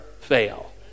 fail